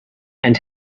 and